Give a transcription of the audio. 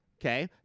okay